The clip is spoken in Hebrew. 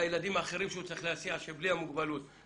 לילדים האחרים בלי המוגבלות שהוא צריך להסיע,